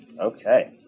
Okay